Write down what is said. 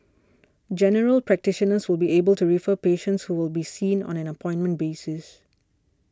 General Practitioners will be able to refer patients who will be seen on an appointment basis